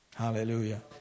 Hallelujah